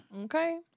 Okay